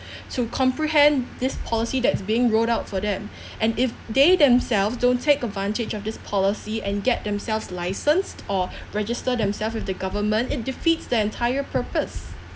to comprehend this policy that's being rolled out for them and if they themselves don't take advantage of this policy and get themselves licensed or register themselves with the government it defeats the entire purpose